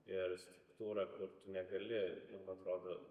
ir struktūra kur tu negali kaip atrodo